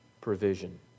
provision